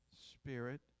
spirit